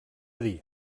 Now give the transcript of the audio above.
dir